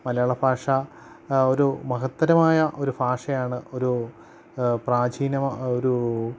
മലയാള ഭാഷ ഒരു മഹത്തരമായ ഒരു ഭാഷയാണ് ഒരു പ്രാചീന ഒരു